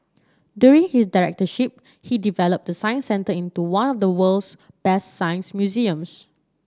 during his directorship he developed the Science Centre into one of the world's best science museums